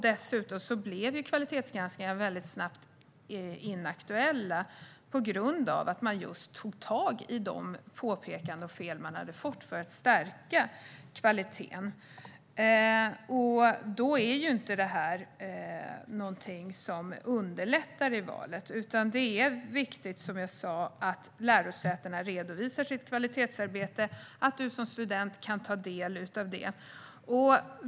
Dessutom blev kvalitetsgranskningarna väldigt snabbt inaktuella på grund av att man tog tag i påpekanden om fel för att stärka kvaliteten. Då är inte det här någonting som underlättar i valet. Som jag sa är det viktigt att lärosätena redovisar sitt kvalitetsarbete och att man som student kan ta del av det.